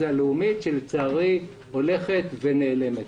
זאת הלאומית שלצערי הולכת ונעלמת.